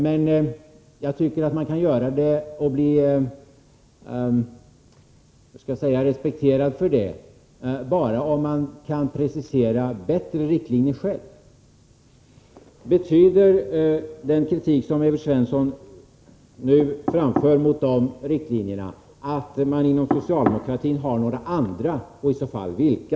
Men jag tycker att man bara kan bli respekterad för att göra det, om man kan presentera bättre riktlinjer själv. Betyder den kritik som Evert Svensson nu framför mot de borgerliga partiernas riktlinjer att man inom socialdemokratin har några andra? I så fall vilka?